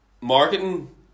marketing